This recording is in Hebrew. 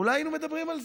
אולי היינו מדברים על זה.